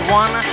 one